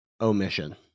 omission